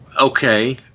Okay